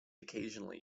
occasionally